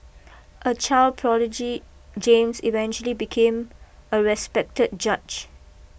a child prodigy James eventually became a respected judge